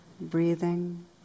breathing